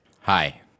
Hi